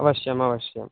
अवश्यम् अवश्यं